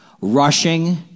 rushing